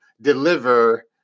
deliver